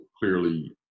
clearly